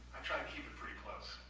i try to keep it pretty close.